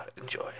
enjoy